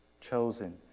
chosen